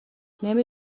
نمی